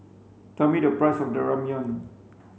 tell me the price of Ramyeon